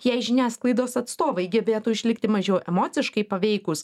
jei žiniasklaidos atstovai gebėtų išlikti mažiau emociškai paveikūs